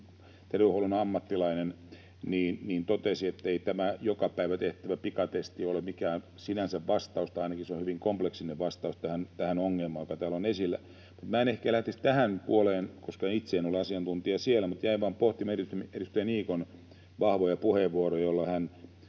terveydenhuollon ammattilainen, totesi, ettei tämä joka päivä tehtävä pikatesti ole sinänsä mikään vastaus tai ainakin se on hyvin kompleksinen vastaus tähän ongelmaan, joka täällä on esillä. Mutta minä en ehkä lähtisi tähän puoleen, koska itse en ole asiantuntija siellä, mutta jäin vain pohtimaan edustaja Niikon vahvoja puheenvuoroja, joissa hän